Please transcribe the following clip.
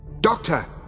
Doctor